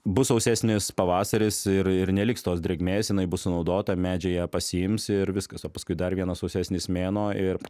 bus sausesnis pavasaris ir ir neliks tos drėgmės jinai bus sunaudota medžiai ją pasiims ir viskas o paskui dar vienas sausesnis mėnuo ir